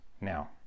now